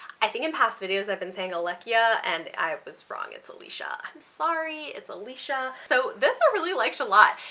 i think in past videos iive been saying ah-le-kia and i was wrong. it's ah-lee-sha. i'm sorry it's ah-lee-sha. so this i really liked a lot.